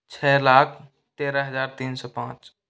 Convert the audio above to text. छः लाख तेरह हजार तीन सौ पाँच